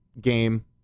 game